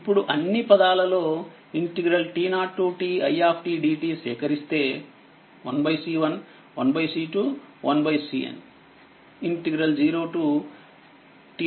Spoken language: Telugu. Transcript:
ఇప్పుడు అన్నిపదాలలో t0ti dt సేకరిస్తే 1C1 1C2